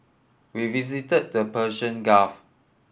we visited the Persian Gulf